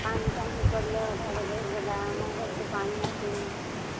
ପାଣି ଟାଙ୍କି କଲେ ଅଧାରେ ରହିଗଲା ଆମ ଘରକୁ ପାଣି ଆସିନି